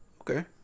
Okay